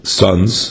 sons